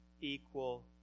equal